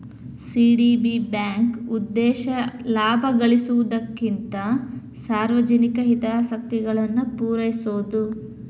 CDB ಬ್ಯಾಂಕ್ನ ಉದ್ದೇಶ ಲಾಭ ಗಳಿಸೊದಕ್ಕಿಂತ ಸಾರ್ವಜನಿಕ ಹಿತಾಸಕ್ತಿಗಳನ್ನ ಪೂರೈಸೊದು